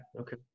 okay